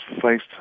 faced